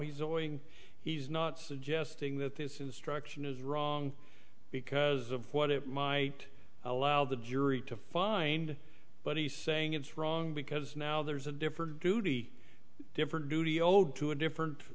he's going he's not suggesting that this instruction is wrong because of what it might allow the jury to find but he's saying it's wrong because now there's a different duty different duty owed to a different